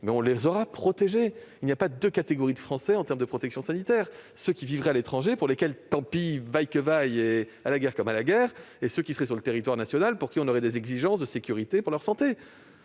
aurons-nous protégés. Il n'y a pas deux catégories de Français en termes de protection sanitaire : ceux qui vivent à l'étranger, pour lesquels, tant pis, vaille que vaille, à la guerre comme à la guerre, et ceux qui vivent sur le territoire national et à qui l'on imposerait des exigences de sécurité pour leur santé.